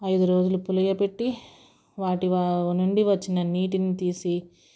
ఐదురోజులు పులియపెట్టి వాటి వా నుండి వచ్చి నీటిని తీసి